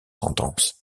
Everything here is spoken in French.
sentences